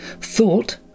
Thought